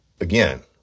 again